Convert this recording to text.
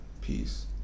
Peace